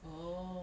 oh